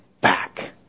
back